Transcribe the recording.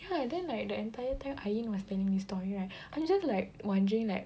ya lah and then like the entire time Ain was telling this story right I'm just like wondering like